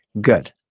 Good